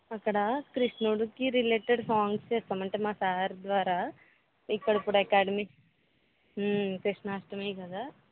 అక్కడ కృష్ణుడికి related songs వేస్తాం అంటే మా సార్ ద్వారా ఇప్పుడు ఇక్కడ అకాడమీ కృష్ణాష్టమికదా